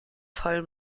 fall